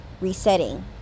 resetting